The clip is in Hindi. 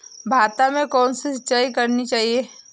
भाता में कौन सी सिंचाई करनी चाहिये?